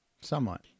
Somewhat